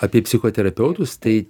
apie psichoterapeutus tai